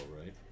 right